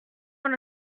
dans